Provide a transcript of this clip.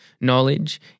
knowledge